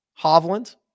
Hovland